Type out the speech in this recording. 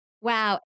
Wow